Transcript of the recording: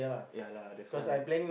ya lah that's why